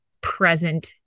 present